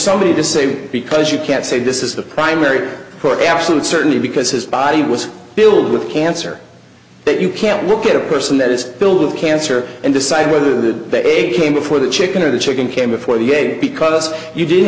somebody to say because you can't say this is the primary for absolute certainty because his body was filled with cancer that you can't look at a person that is filled with cancer and decide whether that they came before the chicken or the chicken came before the a because you didn't